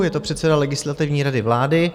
Je to předseda Legislativní rady vlády.